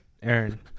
Aaron